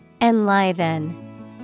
Enliven